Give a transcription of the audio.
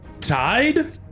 tied